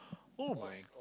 oh my